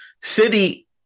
City